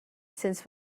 since